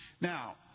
Now